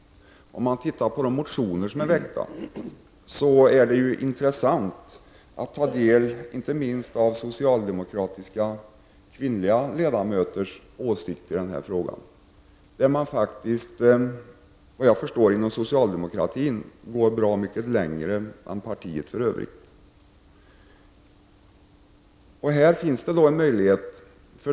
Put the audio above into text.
När man tittar på de motioner som är väckta är det inte minst intressant att ta del av de kvinnliga socialdemokratiska ledamöternas åsikt i denna fråga. Enligt vad jag förstår går de bra mycket längre än vad partiet gör för övrigt.